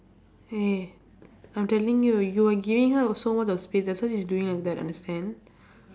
eh I'm telling you you are giving her also all the space that's why she's doing like that understand